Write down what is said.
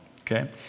okay